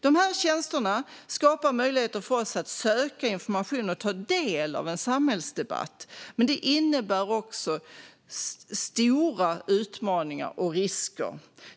De här tjänsterna skapar möjligheter för oss att söka information och ta del av en samhällsdebatt. Men det innebär också stora utmaningar och risker.